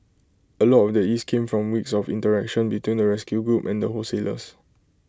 A lot of the ease came from weeks of interaction between the rescue group and the wholesalers